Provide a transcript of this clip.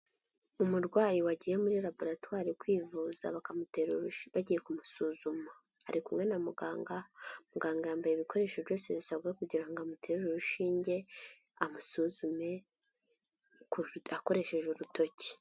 Umurwayi wagiye muri raboratwari kwivuza, bakamutera urushinge bagiye kumusuzuma, ari kumwe na muganga, muganga yambayera ibikoresho byose bisabwa kugira ngo amutere urushinge, amusuzume akoresheje urutoki.